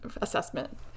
assessment